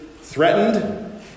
threatened